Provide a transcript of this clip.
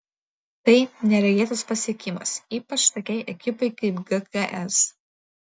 tai neregėtas pasiekimas ypač tokiai ekipai kaip gks